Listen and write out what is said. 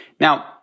Now